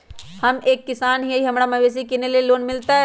हम एक किसान हिए हमरा मवेसी किनैले लोन मिलतै?